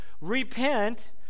Repent